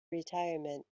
retirement